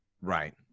Right